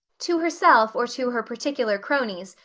to herself, or to her particular cronies,